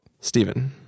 Stephen